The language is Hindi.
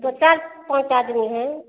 दो चार पाँच आदमी हैं